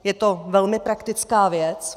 Je to velmi praktická věc.